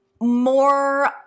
more